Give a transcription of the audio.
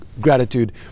gratitude